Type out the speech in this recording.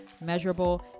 measurable